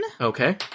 Okay